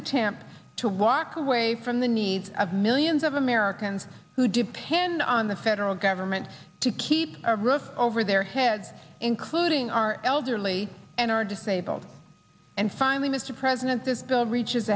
attempts to walk away from the needs of millions of americans who depend on the federal government to keep a roof over their heads including our elderly and our disabled and finally mr president this bill reaches